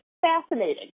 fascinating